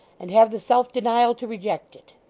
and have the self-denial to reject it